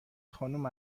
خانم